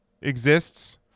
exists